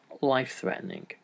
life-threatening